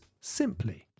simply